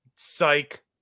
psych